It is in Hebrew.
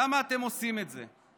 למה אתם עושים את זה?